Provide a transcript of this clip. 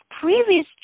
previous